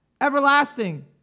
everlasting